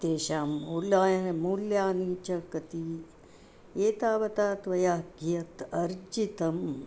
तेषां मूल्यं मूल्यानि च कति एतावता त्वया कियत् अर्जितं